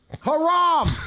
Haram